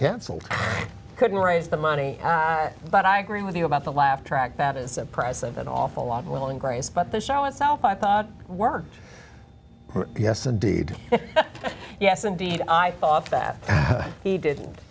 canceled i couldn't raise the money but i agree with you about the laugh track that is the price of an awful lot of will and grace but the show itself i thought were yes indeed yes indeed i thought that he did